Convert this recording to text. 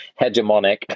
hegemonic